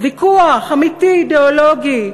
ויכוח אמיתי, אידיאולוגי.